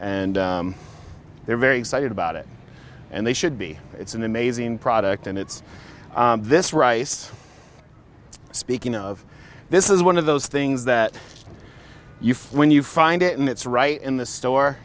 and they're very excited about it and they should be it's an amazing product and it's this rice speaking of this is one of those things that you when you find it and it's right in the store